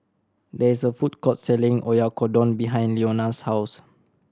there is a food court selling Oyakodon behind Leona's house